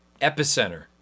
Epicenter